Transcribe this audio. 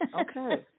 okay